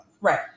Right